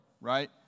right